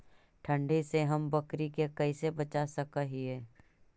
ठंडी से हम बकरी के कैसे बचा सक हिय?